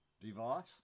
device